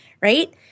right